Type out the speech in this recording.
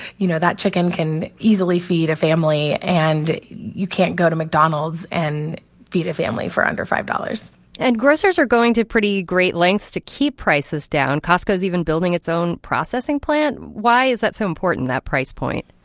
you know, that chicken can easily feed a family, and you can't go to mcdonald's and feed a family for under zero five point and grocers are going to pretty great lengths to keep prices down. costco's even building its own processing plant. why is that so important, that price point?